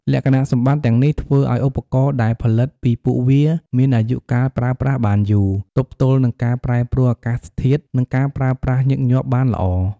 លក្ខណៈសម្បត្តិទាំងនេះធ្វើឱ្យឧបករណ៍ដែលផលិតពីពួកវាមានអាយុកាលប្រើប្រាស់បានយូរ ទប់ទល់នឹងការប្រែប្រួលអាកាសធាតុ និងការប្រើប្រាស់ញឹកញាប់បានល្អ។